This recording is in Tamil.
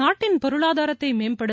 நாட்டின் பொருளாதாரத்தை மேம்படுத்த